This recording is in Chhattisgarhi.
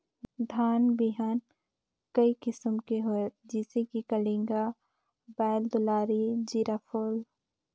धान बिहान कई किसम के होयल जिसे कि कलिंगा, बाएल दुलारी, जीराफुल?